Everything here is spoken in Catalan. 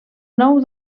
nou